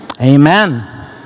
Amen